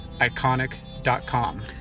Iconic.com